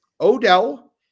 Odell